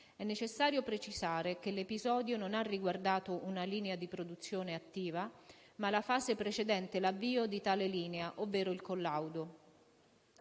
È necessario precisare che l'episodio non ha riguardato una linea di produzione attiva, ma la fase precedente l'avvio di tale linea ovvero il «collaudo».